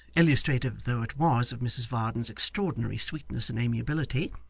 illustrative though it was of mrs varden's extraordinary sweetness and amiability,